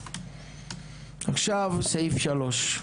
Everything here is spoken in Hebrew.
עכשיו סעיף שלוש.